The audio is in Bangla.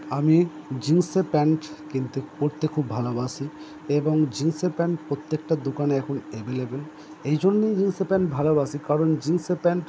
আমি জিন্সের প্যান্ট কিনতে পরতে খুব ভালোবাসি এবং জিন্সের প্যান্ট প্রত্যেকটা দোকানে এখন অ্যাভেলেবেল এই জন্যই জিন্সের প্যান্ট ভালোবাসি কারণ জিন্সের প্যান্ট